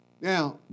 Now